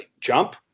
Jump